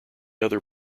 other